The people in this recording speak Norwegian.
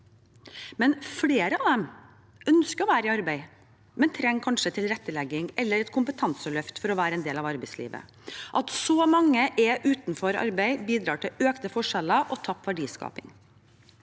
Flere av dem ønsker å være i arbeid, men trenger kanskje tilrettelegging eller et kompetanseløft for å være en del av arbeidslivet. At så mange er utenfor arbeid, bidrar til økte forskjeller og tapt verdiskaping.